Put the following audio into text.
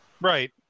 Right